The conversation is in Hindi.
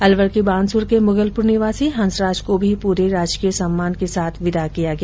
अलवर के बानसूर के मुगलपुर निवासी हंसराज को भी पूरे राजकीय सम्मान के साथ विदा किया गया